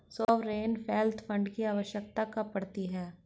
Sovereign wealth fund की आवश्यकता कब पड़ती है?